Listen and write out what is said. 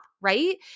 right